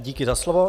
Díky za slovo.